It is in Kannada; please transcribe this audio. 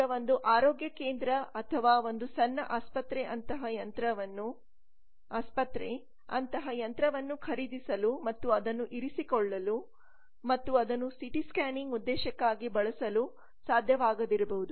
ಈಗ ಒಂದು ಆರೋಗ್ಯ ಕೇಂದ್ರ ಅಥವಾ ಒಂದು ಸಣ್ಣ ಆಸ್ಪತ್ರೆ ಅಂತಹ ಯಂತ್ರವನ್ನು ಖರೀದಿಸಲು ಮತ್ತು ಅದನ್ನು ಇರಿಸಿಕೊಳ್ಳಲು ಮತ್ತು ಅದನ್ನು ಸಿಟಿ ಸ್ಕ್ಯಾನಿಂಗ್ ಉದ್ದೇಶಕ್ಕಾಗಿ ಬಳಸಲು ಸಾಧ್ಯವಾಗದಿರಬಹುದು